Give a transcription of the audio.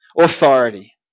authority